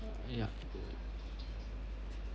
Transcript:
ya